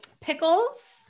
pickles